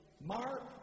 Mark